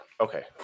okay